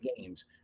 games